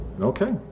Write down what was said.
Okay